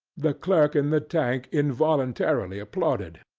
the clerk in the tank involuntarily applauded.